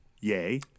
Yay